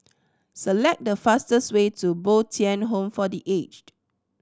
select the fastest way to Bo Tien Home for The Aged